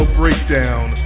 breakdown